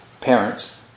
parents